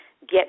get